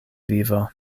vivo